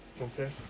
Okay